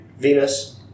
Venus